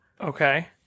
Okay